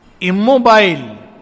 immobile